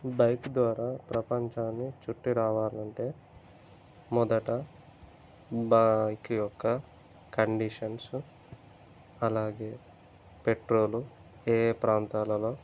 bike ద్వారా ప్రపంచాన్ని చుట్టి రావాలంటే మొదట బైక్ యొక్క కండీషన్స్ అలాగే పెట్రోలు ఏ యే ప్రాంతాలలో